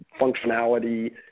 functionality